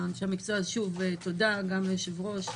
שוב, תודה גם ליושב-ראש,